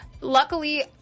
Luckily